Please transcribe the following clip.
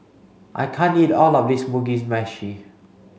I can't eat all of this Mugi Meshi